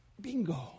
bingo